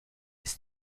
ist